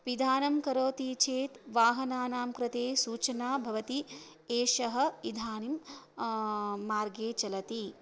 पिदानं करोति चेत् वाहनानां कृते सूचना भवति एषः इदानीं मार्गे चलति